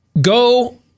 Go